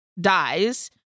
dies